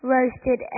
roasted